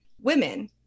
women